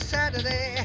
Saturday